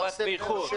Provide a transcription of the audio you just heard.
לא נרשמו.